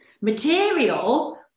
material